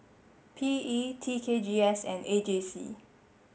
P E T K G S and A J C